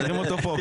משאירים אותו פה.